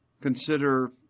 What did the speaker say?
Consider